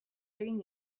egin